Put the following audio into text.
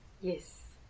yes